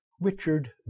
Richard